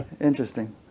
interesting